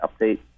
update